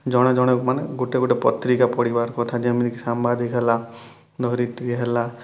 ଜଣେଜଣେ ମାନେ ଗୋଟେ ଗୋଟେ ପତ୍ରିକା ପଢ଼ିବାର କଥା ଯେମିତିକି ସାମ୍ବାଦିକ ହେଲା ଧରିତ୍ରୀ ହେଲା